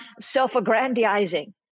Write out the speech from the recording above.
self-aggrandizing